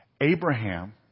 Abraham